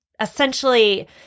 essentially